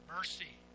Mercy